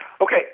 Okay